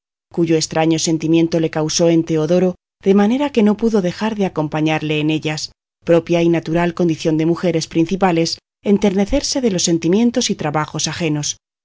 cuyo estraño sentimiento le causó en teodoro de manera que no pudo dejar de acompañarle en ellas propia y natural condición de mujeres principales enternecerse de los sentimientos y trabajos ajenos